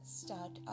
start